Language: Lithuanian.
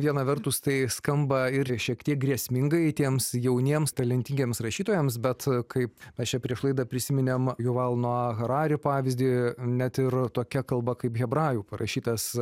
viena vertus tai skamba ir šiek tiek grėsmingai tiems jauniems talentingiems rašytojams bet kaip mes čia prieš laidą prisiminėm yuval noah harari pavyzdį net ir tokia kalba kaip hebrajų parašytas